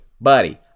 buddy